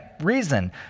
reason